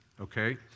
okay